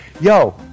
Yo